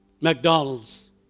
McDonald's